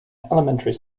elementary